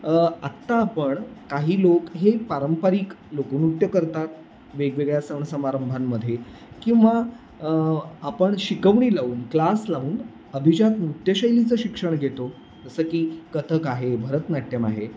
आता आपण काही लोक हे पारंपरिक लोकनृत्य करतात वेगवेगळ्या सण समारंभांमध्ये किंवा आपण शिकवणी लावून क्लास लावून अभिजात नृत्यशैलीचं शिक्षण घेतो जसं की कथ्थक आहे भरतनाट्यम आहे